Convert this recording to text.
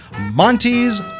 Monty's